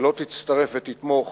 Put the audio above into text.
ולא תצטרף ותתמוך